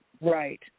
Right